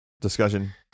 discussion